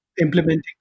Implementing